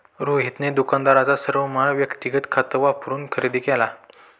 रोहितने दुकानाचा सर्व माल व्यक्तिगत खात वापरून खरेदी केला